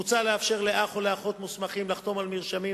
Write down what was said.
מוצע לאפשר לאח או אחות מוסמכים לחתום על מרשמים